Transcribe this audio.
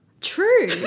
True